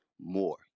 more